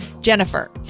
Jennifer